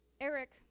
Eric